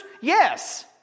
yes